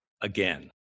again